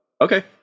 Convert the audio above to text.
okay